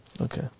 Okay